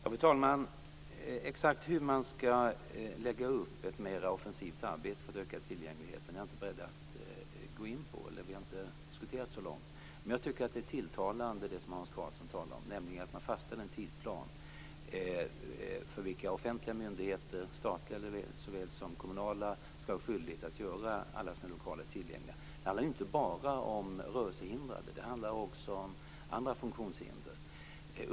Fru talman! Exakt hur man skall lägga upp ett mer offensivt arbete för att öka tillgängligheten är jag inte beredd att gå in på - eller vi har inte diskuterat så långt. Men jag tycker att det som Hans Karlsson talar om är tilltalande, alltså att man fastställer en tidsplan inom vilken offentliga myndigheter, statliga såväl som kommunala, skall ha en skyldighet att göra alla sina lokaler tillgängliga. Det handlar ju inte bara om rörelsehindrade. Det handlar också om andra funktionshinder.